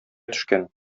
төшкән